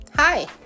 Hi